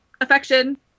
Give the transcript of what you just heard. affection